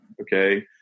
Okay